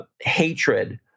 hatred